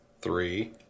three